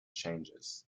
changes